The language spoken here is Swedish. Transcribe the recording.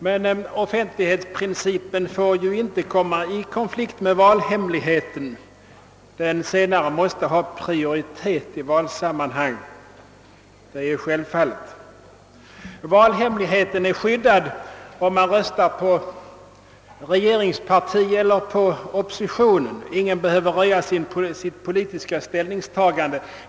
Men <:offentlighetsprincipen får inte komma i konflikt med valhemligheten; den senare måste självfallet ha prioritet i valsammanhang. Valhemligheten är skyddad om man röstar på regeringspartiet eller oppositionen; ingen behöver då röja sitt politiska ställningstagande.